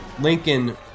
Lincoln